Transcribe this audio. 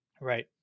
Right